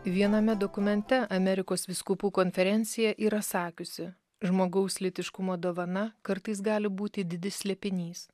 viename dokumente amerikos vyskupų konferencija yra sakiusi žmogaus lytiškumo dovana kartais gali būti didis slėpinys